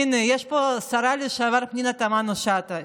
הינה, יש פה שרה לשעבר, פנינה תמנו שטה.